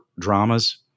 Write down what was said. dramas –